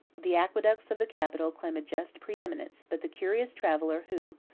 the aqueducts of the capital claim a just preeminence but the curious traveller, who,